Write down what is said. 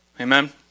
Amen